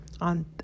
on